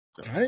Right